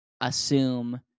assume